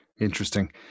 Interesting